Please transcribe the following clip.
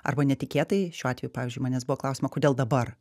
arba netikėtai šiuo atveju pavyzdžiui manęs buvo klausiama kodėl dabar